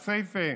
כסייפה,